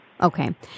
Okay